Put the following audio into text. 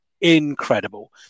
incredible